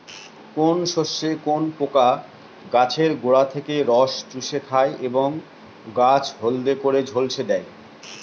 কোন শস্যে কোন পোকা গাছের গোড়া থেকে রস চুষে খায় এবং গাছ হলদে করে ঝলসে দেয়?